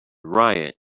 riot